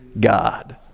God